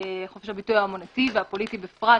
חופש הביטוי האומנותי והפוליטי בפרט,